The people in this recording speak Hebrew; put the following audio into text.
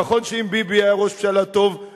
נכון שאם ביבי היה ראש ממשלה טוב,